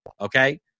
Okay